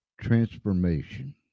transformation